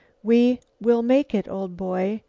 we we'll make it, old boy.